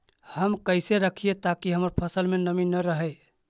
हम कैसे रखिये ताकी हमर फ़सल में नमी न रहै?